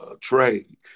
trade